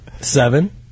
Seven